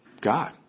God